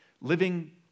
living